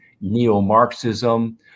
neo-Marxism